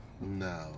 No